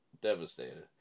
devastated